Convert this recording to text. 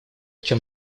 чем